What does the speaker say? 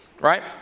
right